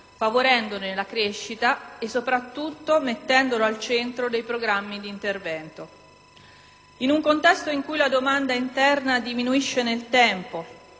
favorendone la crescita e soprattutto mettendolo al centro dei programmi di intervento. In un contesto in cui la domanda interna diminuisce nel tempo